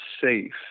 safe